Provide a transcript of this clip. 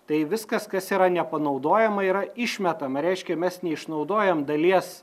tai viskas kas yra nepanaudojama yra išmetama reiškia mes neišnaudojam dalies